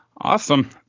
Awesome